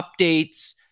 updates